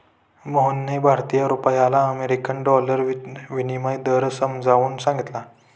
मोहितने भारतीय रुपयाला अमेरिकन डॉलरचा विनिमय दर समजावून सांगितला